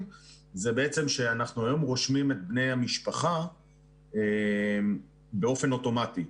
היא בעצם שאנחנו היום רושמים את בני המשפחה באופן אוטומטי.